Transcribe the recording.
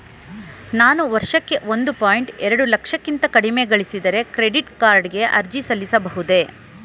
ನಾನು ವರ್ಷಕ್ಕೆ ಒಂದು ಪಾಯಿಂಟ್ ಎರಡು ಲಕ್ಷಕ್ಕಿಂತ ಕಡಿಮೆ ಗಳಿಸಿದರೆ ಕ್ರೆಡಿಟ್ ಕಾರ್ಡ್ ಗೆ ಅರ್ಜಿ ಸಲ್ಲಿಸಬಹುದೇ?